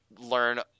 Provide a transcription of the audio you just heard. learn